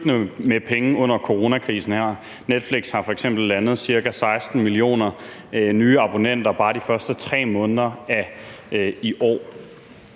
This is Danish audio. med penge under coronakrisen her. Netflix har f.eks. landet ca. 16 millioner nye abonnenter bare de første 3 måneder af i år.